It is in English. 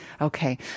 Okay